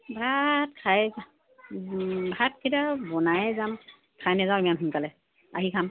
ভাত খাই ভাতকেইটা বনায়েই যাম খাই নাযাওঁ ইমান সোনকালে আহি খাম